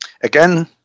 again